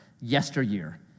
yesteryear